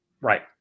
Right